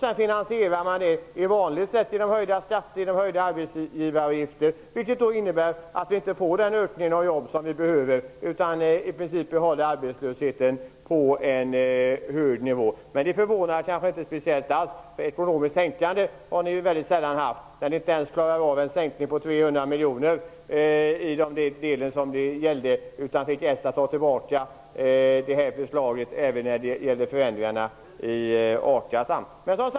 Den finansierar man som vanligt genom höjda skatter och höjda arbetsgivaravgifter, vilket innebär att vi inte får den ökning av jobb som vi behöver utan i princip behåller arbetslösheten på en hög nivå. Det förvånar mig inte speciellt, för ekonomiskt tänkande har ni sällan haft när ni inte ens klarade en sänkning på 300 miljoner utan fick ta tillbaka förslaget när det gäller förändringarna i a-kassan.